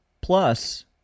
Plus